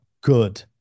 good